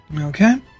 Okay